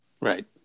Right